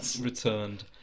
returned